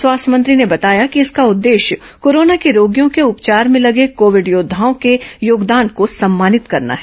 स्वास्थ्य मंत्री ने बताया कि इसका उद्देश्य कोरोना के रोगियों के उपचार में लगे कोविड योद्वाओं के योगदान को सम्मानित करना है